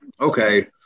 Okay